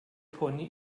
pony